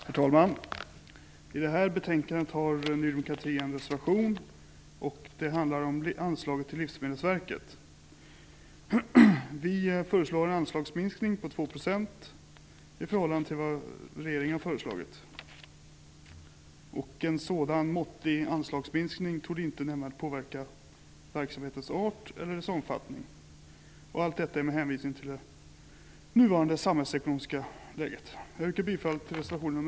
Herr talman! Till betänkande LU22 har Ny demokrati en reservation som handlar om anslaget till Livsmedelsverket. Ny demokrati föreslår en anslagsminskning med 2 % i förhållande till det som regeringen föreslagit. En sådan måttlig anslagsminskning torde inte nämnvärt påverka verksamhetens art eller omfattning, allt med hänvisning till det nuvarande samhällsekonomiska läget. Herr talman! Jag yrkar bifall till reservation 1.